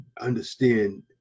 understand